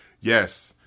yes